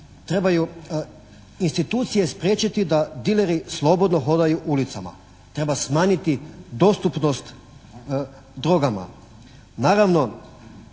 trebaju institucije spriječiti da dileri slobodno hodaju ulicama. Treba smanjiti dostupnost drogama. Naravno,